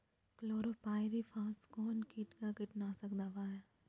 Chlorpyrifos कौन किट का कीटनाशक दवा है?